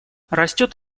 растет